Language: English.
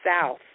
South